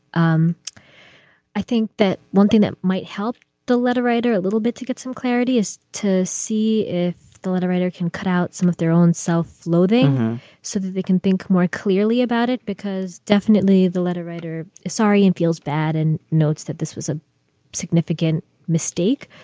um i think that one thing that might help the letter writer a little bit to get some clarity is to see if the letter writer can cut out some of their own self-loathing so that they can think more clearly about it, because definitely the letter writer sorry it feels bad and notes that this was a significant mistake.